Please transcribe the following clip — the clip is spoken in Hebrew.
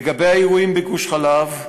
לגבי האירועים בגוש-חלב,